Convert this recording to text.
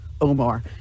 Omar